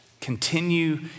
continue